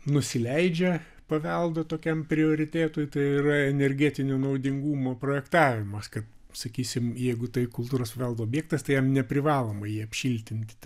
nusileidžia paveldo tokiam prioritetui tai yra energetinio naudingumo projektavimas kad sakysim jeigu tai kultūros paveldo objektas tai jam neprivaloma jį apšiltinti ten